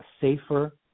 safer